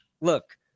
Look